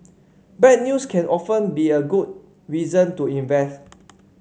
bad news can often be a good reason to invest